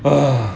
ugh